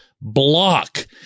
block